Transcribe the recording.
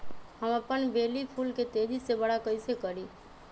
हम अपन बेली फुल के तेज़ी से बरा कईसे करी?